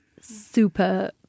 super